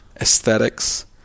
aesthetics